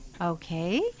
Okay